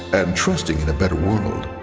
and trusting in a better world,